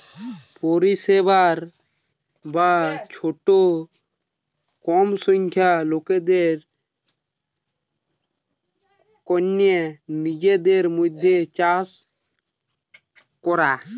পরিবারের বা ছোট কম সংখ্যার লোকদের কন্যে নিজেদের মধ্যে চাষ করা